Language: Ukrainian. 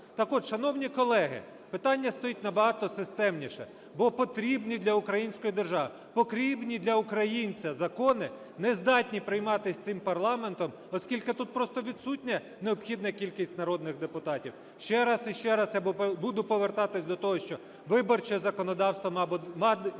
Так от, шановні колеги, питання стоїть набагато системніше, бо потрібні для української держави, потрібні для українця закони не здатні прийматися цим парламентом, оскільки тут просто відсутня необхідна кількість народних депутатів. Ще раз і ще раз я буду повертатися до того, що виборче законодавство має бути